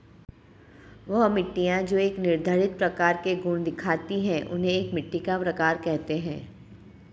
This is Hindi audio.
वह मिट्टियाँ जो एक निर्धारित प्रकार के गुण दिखाती है उन्हें एक मिट्टी का प्रकार कहते हैं